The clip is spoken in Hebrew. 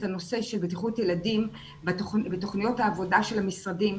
הנושא של בטיחות ילדים בתוכניות העבודה של המשרדים,